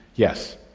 yes.